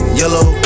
yellow